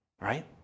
right